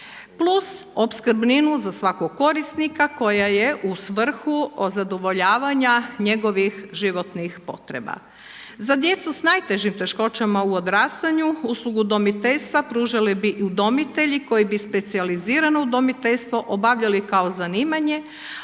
Plus opskrbninu za svakog korisnika koja je u svrhu zadovoljavanja njegovih životnih potreba. Za djecu s najtežim teškoćama u odrastanju uslugu udomiteljstva pružali bi udomitelji koji bi specijalizirano udomiteljstvo obavljali kao zanimanje,